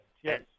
yes